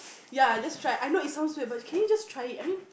ya just try I know it sounds weird but can you just try it I mean